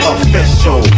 Official